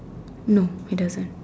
no it doesn't